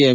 M